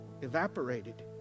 evaporated